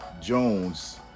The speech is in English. Jones